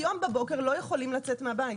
היום בבוקר לא יכולים בו לצאת מהבית.